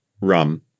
Rum